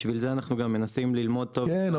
בשביל זה אנחנו גם מנסים ללמוד --- כן,